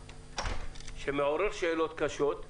שמעורר שאלות קשות,